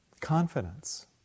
confidence